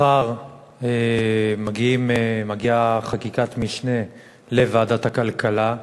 מחר מגיעה חקיקת משנה לוועדת הכלכלה,